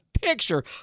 picture